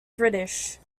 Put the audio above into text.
british